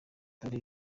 dore